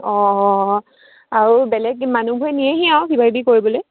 অঁ অঁ আৰু বেলেগ মানুহবোৰে নিয়েহি আৰু কিবাকিবি কৰিবলৈ